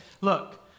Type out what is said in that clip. look